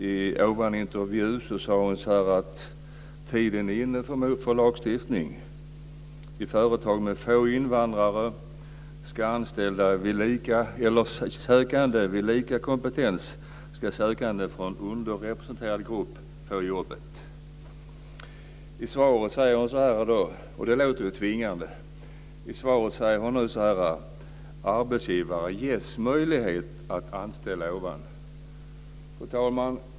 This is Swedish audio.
I intervjun sade hon att tiden är inne för lagstiftning. I företag med få invandrare ska vid lika kompetens sökande från underrepresenterad grupp få jobbet. Det låter ju tvingande. I svaret säger hon nu att arbetsgivaren "ges möjlighet" att anställa osv.